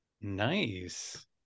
Nice